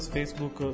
Facebook